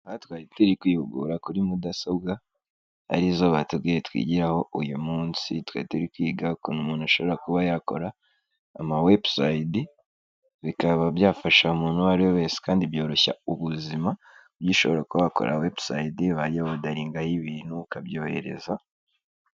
Aha twari turi kwihugura kuri mudasobwa, ari zo batubwiye twigiraho uyu munsi, twari turi kwigaga ukuntu umuntu ashobora kuba yakora, amawepusayidi, bikaba byafasha umuntu uwo ari we wese, kandi byoroshya ubuzima, burya ushobora kuba wakora wepusayidi bajya bodaringaho ibintu ukabyohereza.